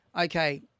Okay